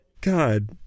god